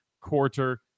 quarter